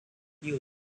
use